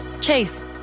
Chase